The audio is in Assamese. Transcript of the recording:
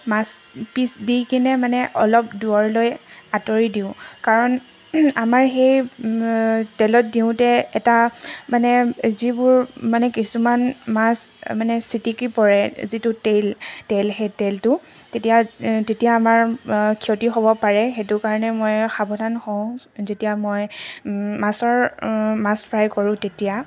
মাছ পিচ দি কিনে মানে অলপ দূৰলৈ আঁতৰি দিওঁ কাৰণ আমাৰ সেই তেলত দিওঁতে এটা মানে যিবোৰ মানে কিছুমান মাছ মানে ছিটিকি পৰে যিটো তেল তেল সেই তেলটো তেতিয়া তেতিয়া আমাৰ ক্ষতি হ'ব পাৰে সেইটো কাৰণে মইয়ো সাৱধান হওঁ যেতিয়া মই মাছৰ মাছ ফ্ৰাই কৰোঁ তেতিয়া